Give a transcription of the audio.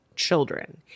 Children